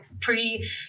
pre